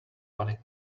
money